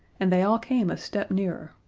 and they all came a step nearer.